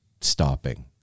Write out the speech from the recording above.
stopping